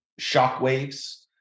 shockwaves